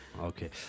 Okay